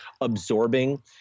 absorbing